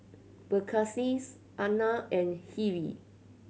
Verghese Anand and Hri